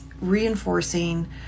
reinforcing